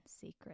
secret